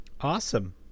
Awesome